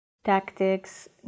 tactics